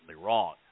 wrong